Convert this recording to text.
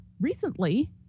recently